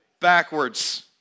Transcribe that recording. backwards